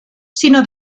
sinó